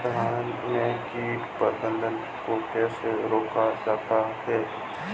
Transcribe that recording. धान में कीट प्रबंधन को कैसे रोका जाता है?